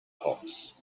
hops